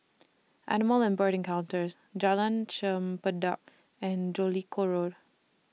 Animal and Bird Encounters Jalan Chempedak and Jellicoe Road